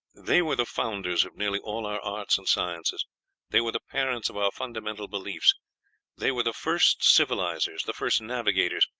they were the founders of nearly all our arts and sciences they were the parents of our fundamental beliefs they were the first civilizers, the first navigators,